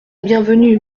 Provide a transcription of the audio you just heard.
bienvenue